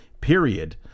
period